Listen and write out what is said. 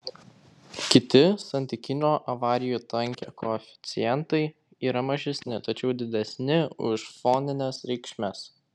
kiti santykinio avarijų tankio koeficientai yra mažesni tačiau didesni už fonines reikšmes